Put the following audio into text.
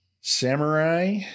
Samurai